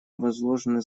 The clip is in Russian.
возложены